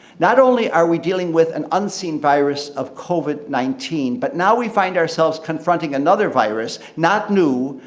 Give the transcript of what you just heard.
not only are we dealing with an unseen virus of covid nineteen, but now we find ourselves confronting another virus not new,